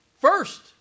First